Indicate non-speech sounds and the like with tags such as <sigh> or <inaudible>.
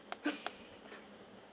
<laughs>